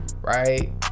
right